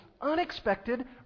unexpected